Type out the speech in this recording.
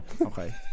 okay